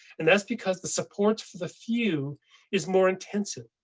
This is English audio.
and that's because the supports for the few is more intensive.